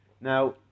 Now